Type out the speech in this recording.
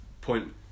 point